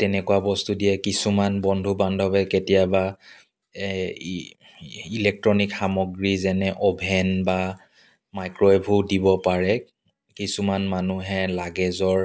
তেনেকুৱা বস্তু দিয়ে কিছুমান বন্ধু বান্ধৱে কেতিয়াবা এই ইলেকট্ৰলিক সামগ্ৰী যেনে অ'ভেন বা মাইক্ৰৱেভো দিব পাৰে কিছুমান মানুহে লাগেজৰ